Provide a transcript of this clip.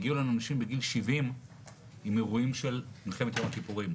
הגיעו אלינו אנשים בגיל 70 עם אירועים של מלחמת יום הכיפורים.